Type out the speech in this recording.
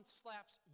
slaps